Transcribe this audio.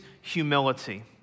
humility